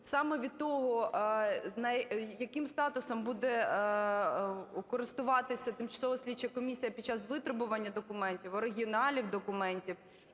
саме від того, яким статусом буде користуватися тимчасова слідча комісія під час витребування документів, оригіналів документів,